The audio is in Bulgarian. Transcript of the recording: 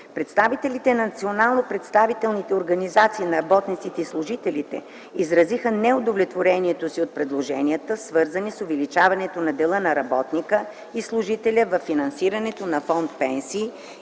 Представителите на национално представителните организации на работниците и служителите изразиха неудовлетворението си от предложенията, свързани с увеличаването на дела на работника и служителя във финансирането на Фонд „Пенсии”